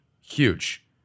huge